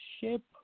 shape